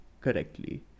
correctly